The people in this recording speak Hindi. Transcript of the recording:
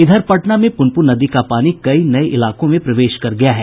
इधर पटना में पुनपुन नदी का पानी कई नये इलाकों में प्रवेश कर गया है